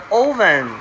oven